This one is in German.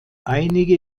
einige